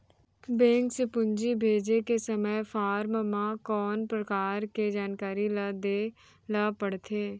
Bank से पूंजी भेजे के समय फॉर्म म कौन परकार के जानकारी ल दे ला पड़थे?